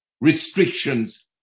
restrictions